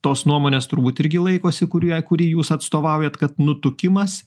tos nuomonės turbūt irgi laikosi kurie kurį jūs atstovaujat kad nutukimas